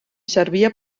servia